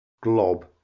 glob